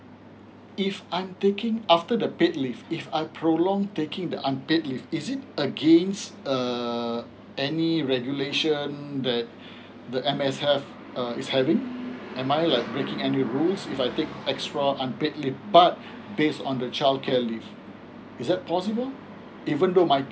if I'm taking after the paid leave if I prolong taking the unpaid leave is it against err any regulation that the M_S_F err is having um am I like breaking any rules if I take extra unpaid leave but base on the childcare leave is that possible even though my